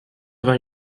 vingt